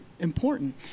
important